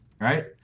right